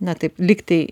na taip lygtai